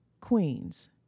Queens